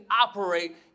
operate